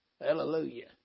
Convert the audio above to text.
Hallelujah